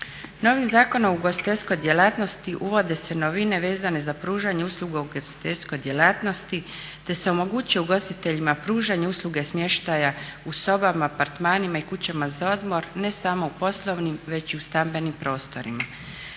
novi zakon o ugostiteljskoj djelatnosti uvode se novine vezane za pružanje usluga u ugostiteljskoj djelatnosti, te se omogućuje ugostiteljima pružanja usluge smještaja u sobama, apartmanima i kućama za odmor ne samo u poslovnim već i u stambenim prostorima.